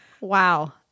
Wow